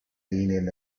leaning